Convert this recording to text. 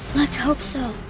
let's hope so.